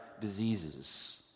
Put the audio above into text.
diseases